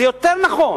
זה יותר נכון.